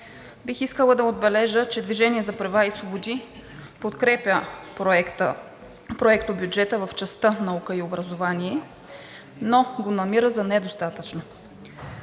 Бих искала да отбележа, че „Движение за права и свободи“ подкрепя проектобюджета в частта „Наука и образование“, но го намира за недостатъчен.